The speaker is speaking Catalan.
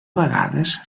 vegades